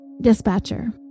Dispatcher